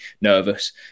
nervous